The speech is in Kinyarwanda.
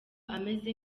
ameze